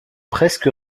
presque